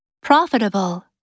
Profitable